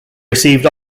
received